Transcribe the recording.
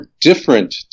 different